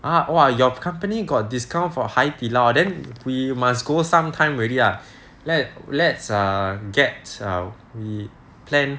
!huh! !wah! your company got discount for Haidilao then we must go some time already ah let let's get err we plan